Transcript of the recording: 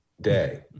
day